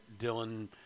Dylan